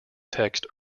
text